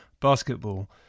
basketball